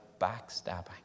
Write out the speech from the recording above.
backstabbing